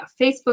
Facebook